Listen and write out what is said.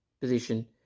position